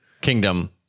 kingdom